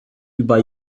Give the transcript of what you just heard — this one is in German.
über